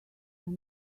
are